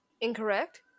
Incorrect